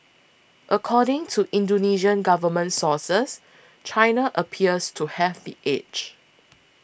according to Indonesian government sources China appears to have the edge